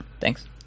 Thanks